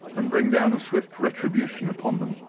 and bring down a swift retribution upon them.